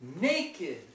naked